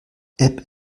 app